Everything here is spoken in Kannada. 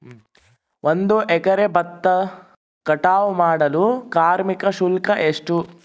ಒಂದು ಎಕರೆ ಭತ್ತ ಕಟಾವ್ ಮಾಡಲು ಕಾರ್ಮಿಕ ಶುಲ್ಕ ಎಷ್ಟು?